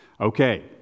Okay